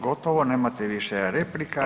Gotovo, nemate više replika.